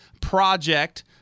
project